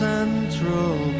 Central